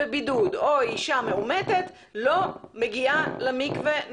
בבידוד או אישה מאומתת לא מגיעה למקווה.